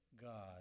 God